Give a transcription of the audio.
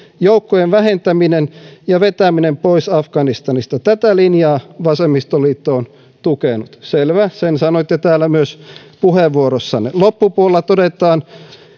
joukkojen vähentäminen ja vetäminen pois afganistanista tätä linjaa vasemmistoliitto on tukenut selvä sen sanoitte täällä myös puheenvuorossanne loppupuolella todetaan